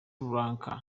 lankan